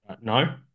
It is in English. No